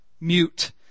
mute